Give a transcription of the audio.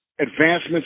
advancements